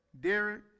Derek